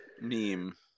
meme